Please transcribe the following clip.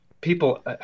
people